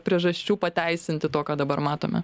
priežasčių pateisinti to ką dabar matome